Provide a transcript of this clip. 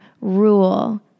rule